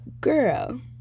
girl